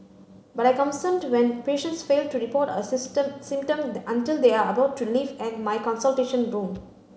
but I concerned when patients fail to report a system symptom until they are about to leave and my consultation room